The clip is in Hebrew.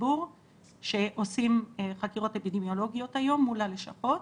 הציבור שעושים חקירות אפידמיולוגיות היום מול הלשכות,